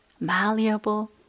malleable